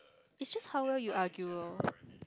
it's just how well you argue lor